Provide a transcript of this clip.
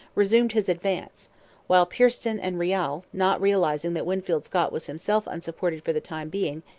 resumed his advance while pearson and riall, not realizing that winfield scott was himself unsupported for the time being,